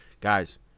guys